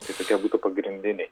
tai tokie būtų pagrindiniai